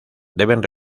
deben